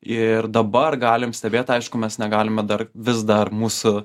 ir dabar galim stebėti aišku mes negalime dar vis dar mūsų